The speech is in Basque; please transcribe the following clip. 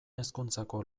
hezkuntzako